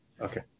okay